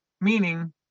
Meaning